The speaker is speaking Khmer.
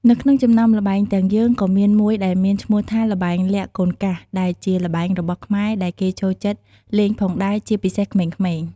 នៅក្នុងចំណោមល្បែងទាំងយើងក៏មានមួយដែលមានឈ្មោះថាល្បែងលាក់កូនកាសដែលជាល្បែងរបស់ខ្មែរដែលគេចូលចិត្តលេងផងដែរជាពិសេសក្មេងៗ។